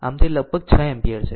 આમ તે લગભગ 6 એમ્પીયર છે